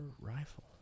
rifle